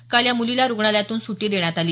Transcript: काल या मुलीला रुग्णालयातून सुटी देण्यात आली